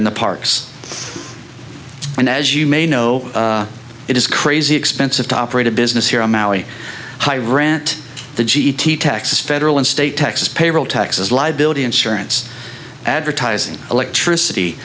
in the parks and as you may know it is crazy expensive to operate a business here on maui high rent the g t texas federal and state taxes payroll taxes liability insurance advertising electricity